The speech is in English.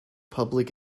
public